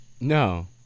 No